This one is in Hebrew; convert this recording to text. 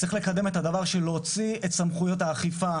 צריך לקדם את הדבר של להוציא את סמכויות האכיפה,